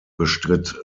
bestritt